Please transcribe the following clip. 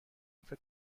فکر